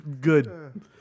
good